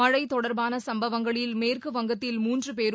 மழை தொடர்பான சம்பவங்களில் மேற்குவஙகத்தில் மூன்று பேரும்